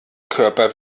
körper